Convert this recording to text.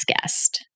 guest